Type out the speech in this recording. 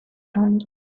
time